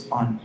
on